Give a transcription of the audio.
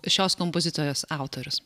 šios kompozicijos autorius